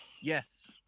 Yes